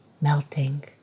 melting